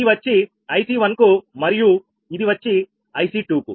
ఇది వచ్చి IC1 కు మరియు ఇది వచ్చిIC2 కు